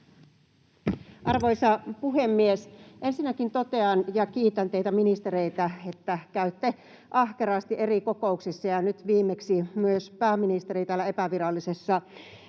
Arvoisa puhemies! Ensinnäkin totean — ja kiitän teitä ministereitä — että käytte ahkerasti eri kokouksissa, nyt viimeksi myös pääministeri täällä epävirallisessa